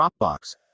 Dropbox